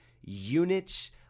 units